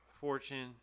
fortune